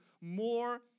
more